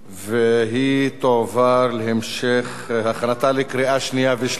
והיא תועבר להמשך הכנתה לקריאה שנייה ושלישית,